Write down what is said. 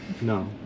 No